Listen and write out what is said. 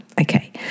Okay